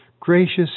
Gracious